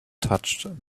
touched